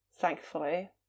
Thankfully